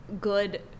good